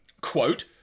quote